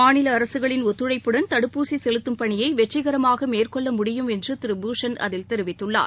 மாநில அரசுகளின் ஒத்துழைப்புடன் தடுப்பூசி செலுத்தும் பணியை வெற்றிகரமாக மேற்கொள்ள முடியும் என்று அதில் திரு பூஷண் தெரிவித்துள்ளார்